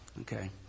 okay